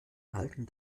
halten